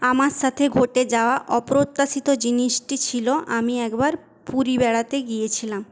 আমার সাথে ঘটে যাওয়া অপ্রত্যাশিত জিনিসটি ছিল আমি একবার পুরী বেড়াতে গিয়েছিলাম